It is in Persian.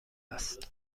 است